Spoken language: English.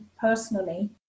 personally